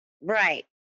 Right